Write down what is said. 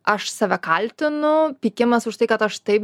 aš save kaltinu pykimas už tai kad aš taip